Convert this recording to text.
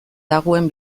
dagoen